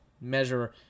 measure